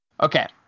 Okay